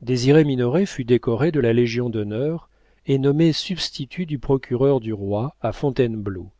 désiré minoret fut décoré de la légion-d'honneur et nommé substitut du procureur du roi à fontainebleau